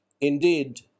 Indeed